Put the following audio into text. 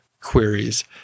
queries